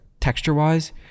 texture-wise